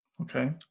Okay